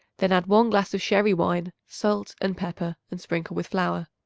then add one glass of sherry wine, salt and pepper and sprinkle with flour.